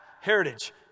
Heritage